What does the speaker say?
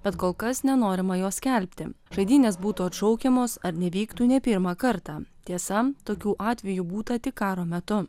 bet kol kas nenorima jo skelbti žaidynės būtų atšaukiamos ar nevyktų ne pirmą kartą tiesa tokių atvejų būta tik karo metu